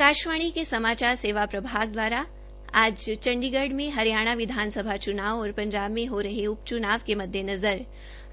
आकाश्वाणी के समाचार सेवा प्रभाग दवारा आज चंडीगढ़ में हरियाणा विधानसभा और पंजाब मे हो रहे उप चुनाव के मददेनज़र